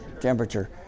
Temperature